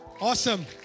Awesome